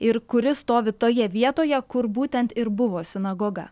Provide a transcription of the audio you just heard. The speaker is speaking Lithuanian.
ir kuris stovi toje vietoje kur būtent ir buvo sinagoga